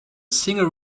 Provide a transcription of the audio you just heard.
single